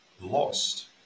lost